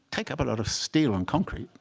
take up a lot of steel and concrete,